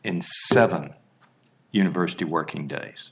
in seven university working days